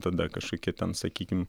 tada kažkokie ten sakykim